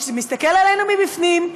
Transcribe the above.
מי שמסתכל עלינו מבפנים,